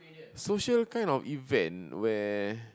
social kind of event